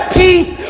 peace